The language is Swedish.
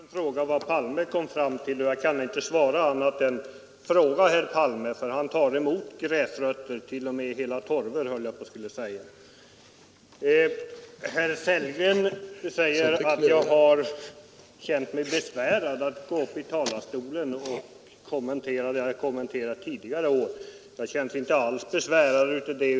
Herr talman! Herr Stjernström frågade vad statsminister Palme kom fram till. Jag kan inte svara annat än: Fråga herr Palme, för han tar emot gräsrötter — t.o.m. hela torvor, höll jag på att säga. Herr Sellgren säger att jag har känt mig besvärad av att gå upp i talarstolen och kommentera det som jag har kommenterat tidigare år. Jag känner mig inte alls besvärad av det.